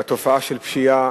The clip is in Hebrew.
בתופעה של פשיעה,